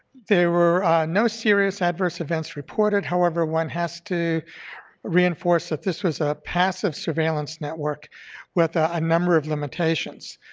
there were no serious adverse events reported, however, one has to reinforce that this was a passive surveillance network with ah a number of limitations.